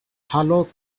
halo